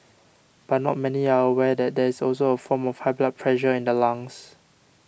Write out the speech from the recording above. but not many are aware that there is also a form of high blood pressure in the lungs